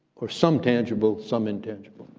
or some tangible, some intangible.